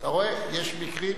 אתה רואה, יש מקרים